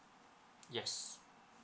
yes